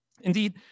Indeed